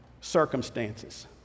circumstances